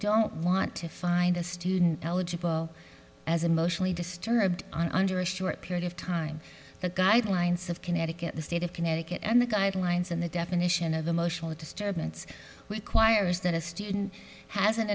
don't want to find a student eligible as emotionally disturbed on under a short period of time the guidelines of connecticut the state of connecticut and the guidelines and the definition of the motional of disturbance requires that a student has an